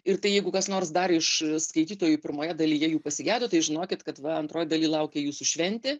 ir tai jeigu kas nors dar iš skaitytojų pirmoje dalyje jų pasigedo tai žinokit kad va antroj daly laukia jūsų šventė